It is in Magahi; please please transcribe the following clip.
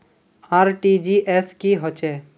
आर.टी.जी.एस की होचए?